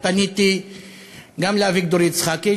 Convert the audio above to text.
פניתי גם לאביגדור יצחקי,